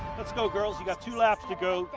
let's go girls, you got two laps to go.